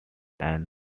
that